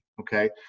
Okay